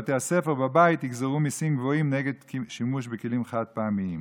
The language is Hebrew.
בבתי הספר ובבית יגזרו מיסים גבוהים על שימוש בכלים חד-פעמיים.